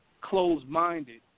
closed-minded